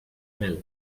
mel